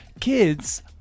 kids